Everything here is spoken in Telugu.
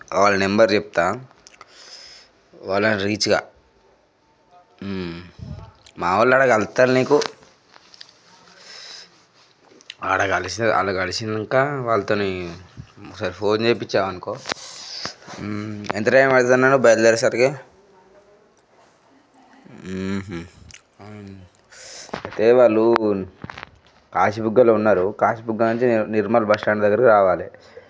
వాళ్ళ నెంబర్ చెప్తా వాళ్ళని రీచ్గా మావాళ్ళు గాడ కలుస్తారు నీకు ఆడ కలిసి ఆడ కలిసినంకా వాళ్ళతో ఒకసారి ఫోన్ చేయించావు అనుకో ఎంత టైం పడుతుంది అన్నాడు బయలుదేరేసరికి అదేవాళ్ళు కాశిబుగ్గలో ఉన్నారు కాశీబుగ్గలు నుంచి నిర్మల్ బశ్ స్టాండ్ దగ్గరకి రావాలి